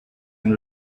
and